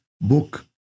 book